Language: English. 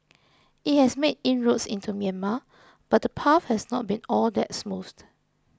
it has made inroads into Myanmar but the path has not been all that smooth